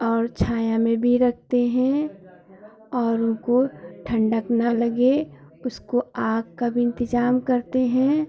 और छाया में भी रखते हैं और उनको ठंडक ना लगे उसको आग का भी इंतेज़ाम करते हैं